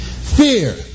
Fear